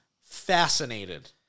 fascinated